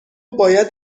باید